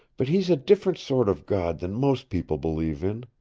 but he's a different sort of god than most people believe in.